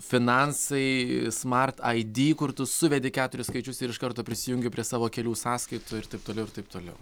finansai smart aidy kur tu suvedi keturis skaičius ir iš karto prisijungi prie savo kelių sąskaitų ir taip toliau ir taip toliau